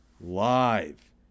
live